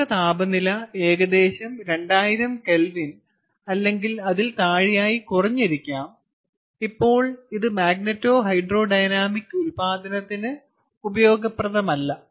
വാതക താപനില ഏകദേശം 2000K അല്ലെങ്കിൽ അതിൽ താഴെയായി കുറഞ്ഞിരിക്കാം ഇപ്പോൾ ഇത് മാഗ്നെറ്റോഹൈഡ്രോഡൈനാമിക് ഉൽപാദനത്തിന് ഉപയോഗപ്രദമല്ല